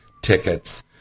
Tickets